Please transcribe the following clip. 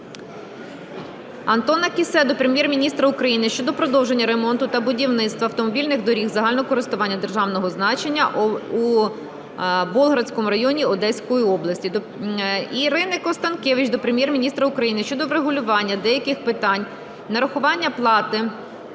Антона Кіссе до Прем'єр-міністра України щодо продовження ремонту та будівництва автомобільних доріг загального користування державного значення у Болградському районі Одеської області. Ірини Констанкевич до Прем'єр-міністра України щодо врегулювання деяких питань нарахування плати